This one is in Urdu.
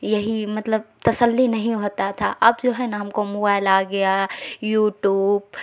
یہی مطلب تسلی نہیں ہوتا تھا اب جو ہے نا ہم کو موبائل آ گیا یوٹوب